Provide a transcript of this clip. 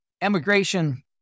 emigration